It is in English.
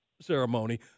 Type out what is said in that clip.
ceremony